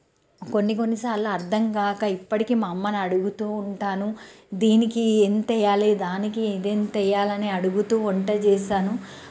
కొన్నికొన్ని సార్లు అర్థం కాక ఇప్పడికీ మా అమ్మని అడుగుతూ ఉంటాను దీనికి ఎంత వెయ్యాలి దానికి ఇది ఎంత వెయ్యాలి అని అడుగుతూ వంట చేస్తాను